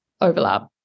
overlap